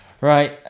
Right